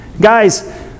guys